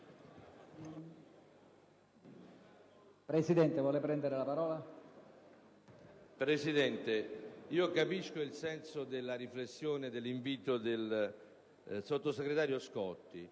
Presidente, io comprendo il senso della riflessione e dell'invito del sottosegretario Scotti.